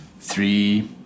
three